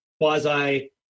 quasi